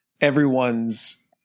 everyone's